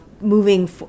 moving